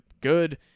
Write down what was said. good